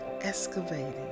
excavating